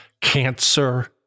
cancer